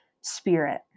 Spirit